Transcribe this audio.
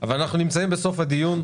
אבל אנחנו בסוף הדיון.